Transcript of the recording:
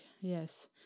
yes